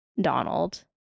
Donald